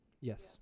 Yes